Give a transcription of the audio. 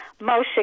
Moshe